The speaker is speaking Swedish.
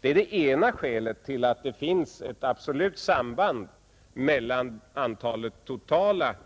Detta är det ena skälet till att det finns ett absolut samband mellan totala antalet